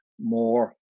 more